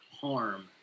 harm